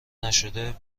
نشده